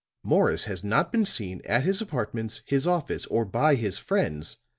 morris has not been seen at his apartments, his office, or by his friends,